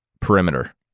Perimeter